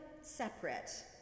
separate